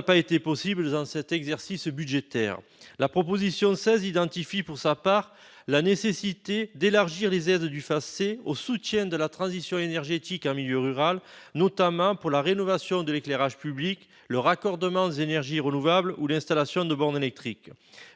cadre du présent exercice budgétaire. La proposition 16, quant à elle, met en avant la nécessité d'élargir les aides du FACÉ au soutien à la transition énergétique en milieu rural, notamment pour la rénovation de l'éclairage public, le raccordement des énergies renouvelables ou l'installation de bornes électriques.